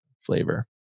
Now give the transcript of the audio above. flavor